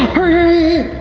hurry,